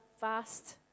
vast